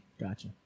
gotcha